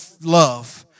love